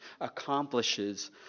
accomplishes